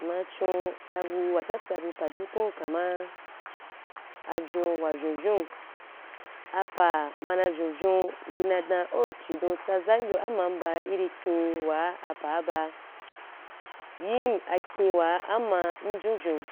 Nna chou abu watsatsa bu pajukun “kamar” avyon wa vyon vyon. Apa ma na vyou vyon, ndi na dan “oh” chidon tsa zan yu, amma ba iri kin wa apa’a ba, yin akin wa anma invyon vyon,